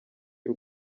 y’u